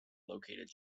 located